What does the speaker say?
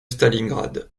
stalingrad